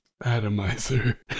Atomizer